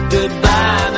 Goodbye